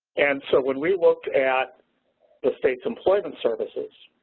and so, when we looked at the state's employment services,